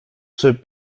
czy